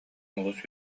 олус